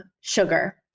sugar